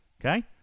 okay